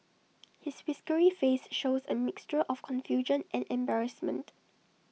his whiskery face shows A mixture of confusion and embarrassment